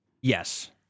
Yes